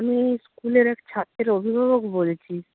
আমি স্কুলের এক ছাত্রের অভিভাবক বলছি